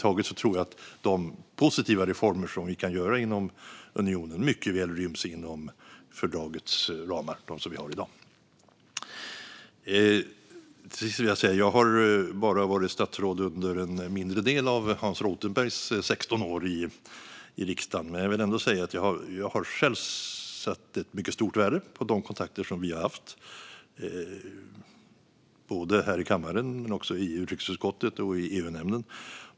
Jag tror att de positiva reformer vi kan göra inom unionen mycket väl ryms inom ramarna för dagens fördrag. Jag har bara varit statsråd under en mindre del av Hans Rothenbergs 16 år i riksdagen, men låt mig ändå säga att jag har satt stort värde på de kontakter vi har haft här i kammaren, i utskottet och i EU-nämnden.